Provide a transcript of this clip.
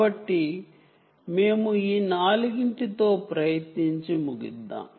కాబట్టి మేము ఈ నాలుగింటి తో ప్రయత్నించి ముగిద్దాం